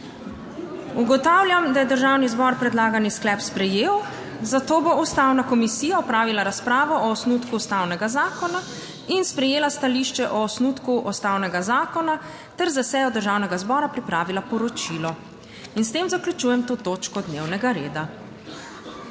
Ugotavljam, da je Državni zbor predlagani sklep sprejel, zato bo Ustavna komisija opravila razpravo o osnutku ustavnega zakona in sprejela stališče o osnutku ustavnega zakona ter za sejo Državnega zbora pripravila poročilo. S tem zaključujem to točko dnevnega reda.